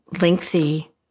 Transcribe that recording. lengthy